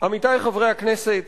עמיתי חברי הכנסת,